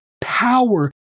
power